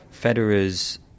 Federer's